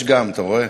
יש גם, אתה רואה?